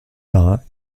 bar